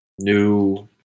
new